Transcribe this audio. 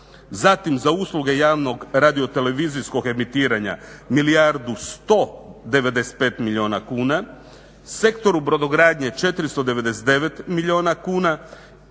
zatim za usluge javnog radiotelevizijskog emitiranja milijardu 195 milijuna kuna, Sektoru brodogradnje 499 milijuna kuna,